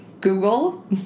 Google